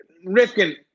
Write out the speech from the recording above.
Rifkin